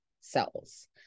cells